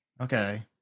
Okay